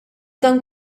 dan